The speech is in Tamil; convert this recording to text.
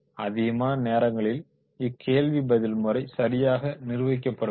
அதிகமான நேரங்களில் இக்கேள்வி பதில் முறை சரியாக நிர்வகிக்கப்படுவதில்லை